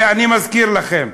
ואני מזכיר לכם,